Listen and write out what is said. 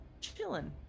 chilling